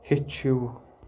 ہیٚچھِو